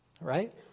right